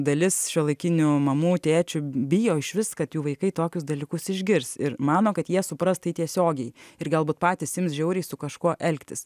dalis šiuolaikinių mamų tėčių bijo išvis kad jų vaikai tokius dalykus išgirs ir mano kad jie supras tai tiesiogiai ir galbūt patys ims žiauriai su kažkuo elgtis